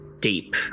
deep